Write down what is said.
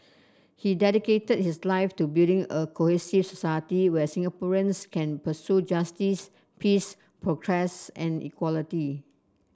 he dedicated his life to building a cohesive society where Singaporeans can pursue justice peace progress and equality